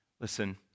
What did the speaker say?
Listen